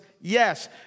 Yes